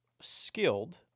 skilled